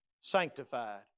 sanctified